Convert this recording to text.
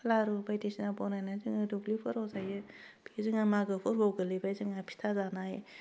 लारु बायदिसिना बनायनानै जोङो दुब्लिफोराव जायो बे जोंहा मागो फोरबोआव गोलैबाय जोंहा फिथा जानाय